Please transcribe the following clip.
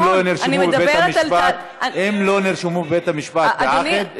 אם לא נרשמו בבית המשפט כעקד,